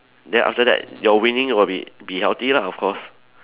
then after that your winning will be be healthy lah of course